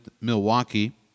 Milwaukee